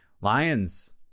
lions